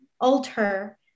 alter